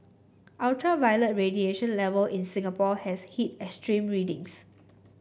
ultraviolet radiation level in Singapore has hit extreme readings